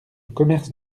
commerce